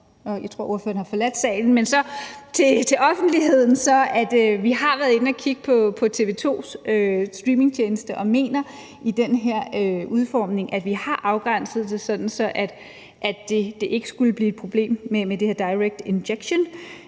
Jeg tror ordføreren har forladt salen, men til offentligheden har jeg så lyst til også at sige, at vi har været inde at kigge på TV 2's streamingtjeneste og mener i den her udformning, at vi har afgrænset det sådan, at det ikke skulle blive et problem med det her direct injection: